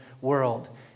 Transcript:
world